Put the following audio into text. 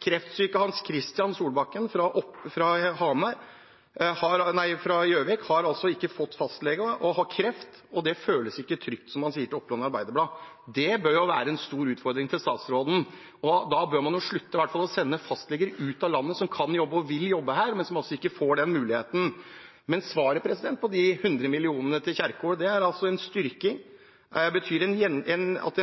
fra Gjøvik har ikke fått fastlege, og han har kreft. Det føles ikke trygt, som han sier til Oppland Arbeiderblad, og det bør jo være en stor utfordring til statsråden. Da bør man i hvert fall slutte å sende fastleger ut av landet som kan – og vil – jobbe her, men som ikke får den muligheten. Svaret på de hundre millionene til Kjerkol er altså en styrking. Det betyr at en